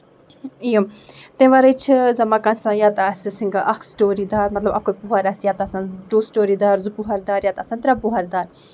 یم تَمہِ وَرٲے چھِ یِم مکان آسان یَتھ آسہِ سن اکھ سِٹوری دار مطلب اکوٚے پوٚہر آسہِ یا تہٕ آسن ٹوٗ سِٹوری دار زٕ پوٚہر دار یا آسن ترٛےٚ پوٚہر دار